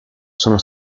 sono